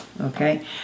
Okay